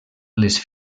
les